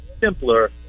simpler